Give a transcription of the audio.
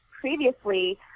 previously